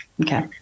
Okay